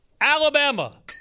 Alabama